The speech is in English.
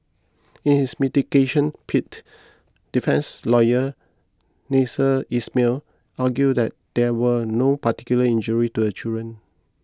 in his mitigation plea defence lawyer Nasser Ismail argued that there were no particular injurie to the children